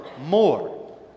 more